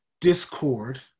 discord